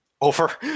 over